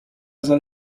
soll